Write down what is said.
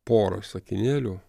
porą sakinėlių